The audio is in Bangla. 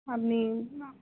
আপনি